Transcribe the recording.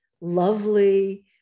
lovely